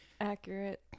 accurate